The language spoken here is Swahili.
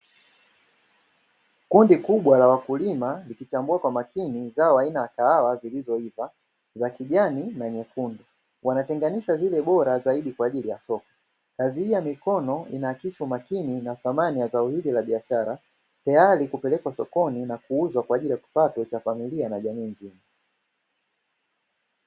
Kundi kubwa la wakulima, likichambua kwa makini zao la kahawa zilizoiva za kijani na nyekundu, wanatenganisha zile zilizobora zaidi kwa ajili ya soko, kazi hii ya mikono inahakisi ubora na dhamani ya zao hili la biashara , tayari kupelekwa sokoni na kuuzwa kwaajili ya kipato cha familia na jamii nzima.